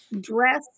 dress